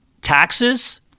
taxes